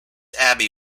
abbey